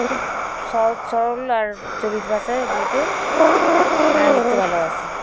খুব সহজ সরল আর চলিত ভাষায় ওগুলোকে মানে লিখতে ভালোবাসি